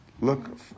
look